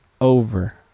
over